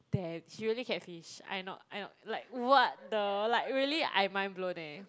damn she really can't finish I not I not like what the like really I mind blown eh